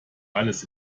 alles